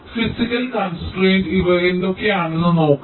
physical constraint ഇവ എന്തൊക്കെയാണെന്ന് നോക്കാം